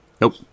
nope